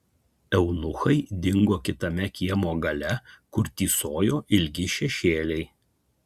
eunuchai dingo kitame kiemo gale kur tįsojo ilgi šešėliai